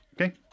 Okay